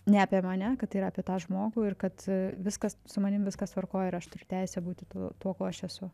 ne apie mane kad tai yra apie tą žmogų ir kad viskas su manim viskas tvarkoje ir aš turiu teisę būti tuo tuo kuo aš esu